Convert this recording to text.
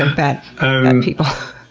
and bad people?